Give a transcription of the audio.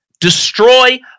destroy